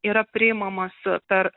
yra priimamas per